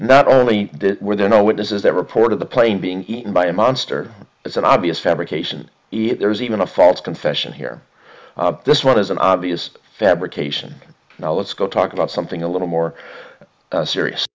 not only did were there no witnesses that report of the plane being eaten by a monster is an obvious fabrication if there is even a false confession here this one is an obvious fabrication now let's go talk about something a little more serious